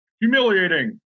humiliating